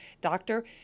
doctor